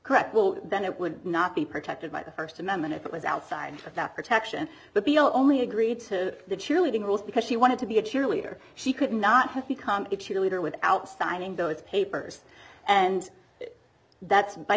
correct well then it would not be protected by the st amendment if it was outside of that protection but be only agreed to the cheerleading rules because she wanted to be a cheerleader she could not have become a cheerleader without signing those papers and that's by